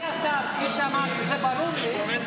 אדוני השר, כפי שאמרתי, זה ברור לי.